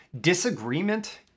Disagreement